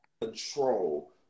control